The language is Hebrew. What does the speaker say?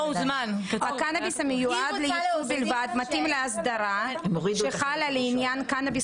"הקנאביס שמיועד לייצוא בלבד מתאים לאסדרה שחלה לעניין קנאביס